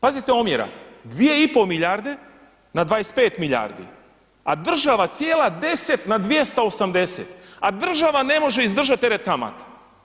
Pazite omjera, 2,5 milijarde na 25 milijardi a država cijela 10 na 280, a država ne može izdržati teret kamata.